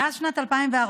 מאז שנת 2014,